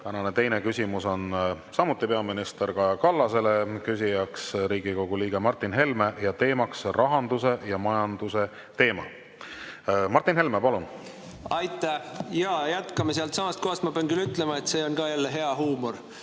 Tänane teine küsimus on samuti peaminister Kaja Kallasele, küsijaks Riigikogu liige Martin Helme ja teema on rahandus ja majandus. Martin Helme, palun! Aitäh! Jätkame sealtsamast kohast. Ma pean küll ütlema, et see on jälle hea huumor,